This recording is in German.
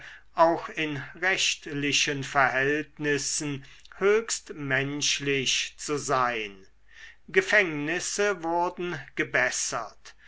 auch in rechtlichen verhältnissen höchst menschlich zu sein gefängnisse wurden gebessert